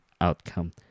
outcome